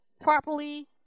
properly